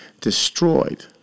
destroyed